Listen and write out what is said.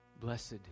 Blessed